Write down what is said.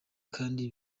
kandi